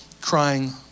crying